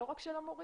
לא רק של המורים,